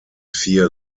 vier